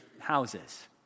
houses